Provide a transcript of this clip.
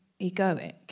egoic